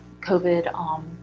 COVID